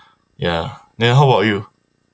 ya then how about you